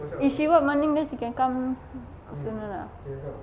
if she work morning she can come afternoon ah